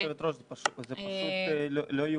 היושבת-ראש, זה פשוט לא יאומן,